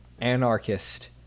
anarchist